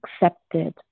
accepted